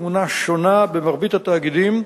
תמונה שונה במרבית התאגידים,